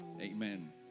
Amen